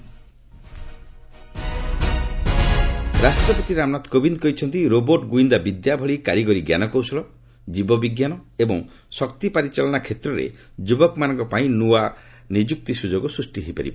ପ୍ରେଜ୍ ସାଇପ୍ରସ୍ ରାଷ୍ଟ୍ରପତି ରାମନାଥ କୋବିନ୍ଦ କହିଛନ୍ତି ରୋବର୍ଟ୍ ଗୁଇନ୍ଦା ବିଦ୍ୟା ଭଳି କାରିଗରି ଜ୍ଞାନକୌଶଳ ଜୀବବିଜ୍ଞାନ ଏବଂ ଶକ୍ତି ପରିଚାଳନା କ୍ଷେତ୍ରରେ ଯୁବକମାନଙ୍କ ପାଇଁ ନୂଆ ନିଯୁକ୍ତି ସୁଯୋଗ ସୃଷ୍ଟି ହୋଇପାରିବ